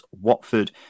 Watford